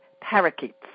parakeets